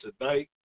tonight